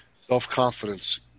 Self-confidence